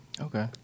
Okay